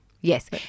Yes